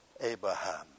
Abraham